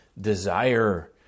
desire